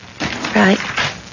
Right